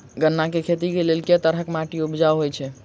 गन्ना केँ खेती केँ लेल केँ तरहक माटि उपजाउ होइ छै?